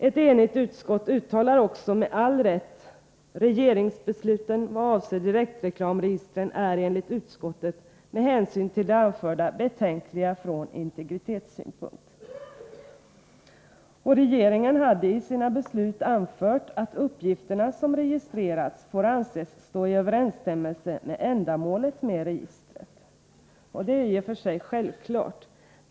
Ett enigt utskott uttalar också med all rätt: ”Regeringsbesluten vad avser direktreklamregistren är enligt utskottet med hänsyn till det anförda betänkliga från integritetssynpunkt.” Regeringen har i sina beslut anfört att uppgifterna som registrerats får anses stå i överensstämmelse med ändamålet med registret, och det är i och för sig självklart.